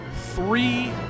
three